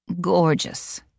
Gorgeous